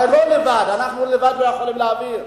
הרי לא לבד, אנחנו לבד לא יכולים להעביר,